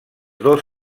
dos